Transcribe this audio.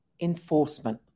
enforcement